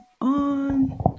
on